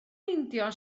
meindio